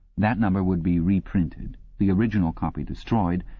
that number would be reprinted, the original copy destroyed,